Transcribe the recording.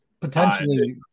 potentially